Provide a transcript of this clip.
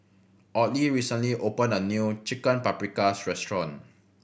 Audley recently opened a new Chicken Paprikas Restaurant